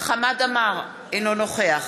חמד עמאר, אינו נוכח